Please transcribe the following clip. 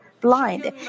blind